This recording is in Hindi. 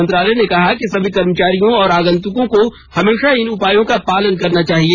मंत्रालय ने कहा कि सभी कर्मचारियों और आगंतकों को हमेशा इन उपायों का पालन करना चाहिए